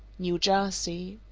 new jersey.